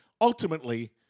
ultimately